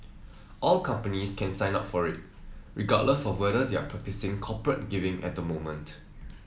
all companies can sign up for it regardless of whether they are practising corporate giving at the moment